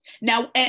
Now